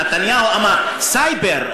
נתניהו אמר cyberspace,